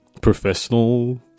professional